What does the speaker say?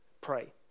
Pray